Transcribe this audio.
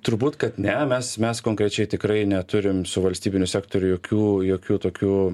turbūt kad ne mes mes konkrečiai tikrai neturim su valstybiniu sektoriu jokių jokių tokių